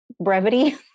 brevity